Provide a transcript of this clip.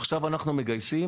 עכשיו אנחנו מגייסים,